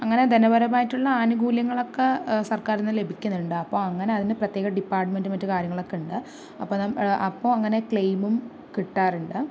അങ്ങനെ ധനപരമായിട്ടുള്ള ആനുകൂല്യങ്ങൾ ഒക്കെ സർക്കാരിൽ നിന്ന് ലഭിക്കുന്നുണ്ട് അപ്പം അങ്ങനെ അതിന് പ്രത്യേക ഡിപ്പാർട്ട്മെൻറ് മറ്റ് കാര്യങ്ങളൊക്കെ ഉണ്ട് അപ്പോൾ നമ്മൾ അപ്പോൾ അങ്ങനെ ക്ലെയിമും കിട്ടാറുണ്ട്